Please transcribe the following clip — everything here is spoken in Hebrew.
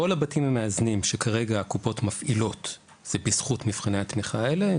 כל הבתים המאזנים שכרגע הקופות מפעילות זה בזכות מבחני התמיכה האלה,